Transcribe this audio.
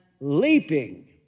leaping